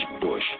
Bush